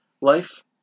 Life